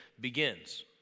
begins